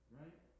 right